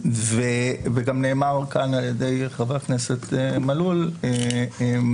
גם נאמר כאן על ידי חבר הכנסת מלול ציטוט